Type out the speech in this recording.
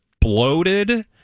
bloated